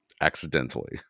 Accidentally